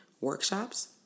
workshops